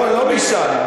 לא משם.